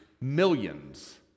millions